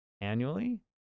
annually